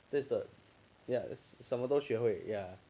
就是 yeah 什么都学会 yeah